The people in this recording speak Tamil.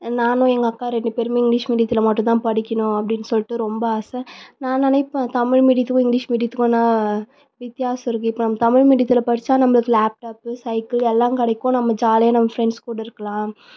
நானும் எங்கள் அக்கா ரெண்டு பேருமே இங்க்லீஷ் மீடியத்தில் மட்டுந்தான் படிக்கணும் அப்படின்னு சொல்லிட்டு ரொம்ப ஆசை நான் நினைப்பேன் தமிழ் மீடியத்துக்கும் இங்க்லீஷ் மீடியத்துக்கும் என்ன வித்தியாசம் இருக்குது இப்போ நம்ம தமிழ் மீடியத்தில் படித்தா நமக்கு லேப்டாப்பு சைக்கிள் எல்லாம் கிடைக்கும் நம்ம ஜாலியாக நம் ஃப்ரெண்ட்ஸ் கூட இருக்கலாம்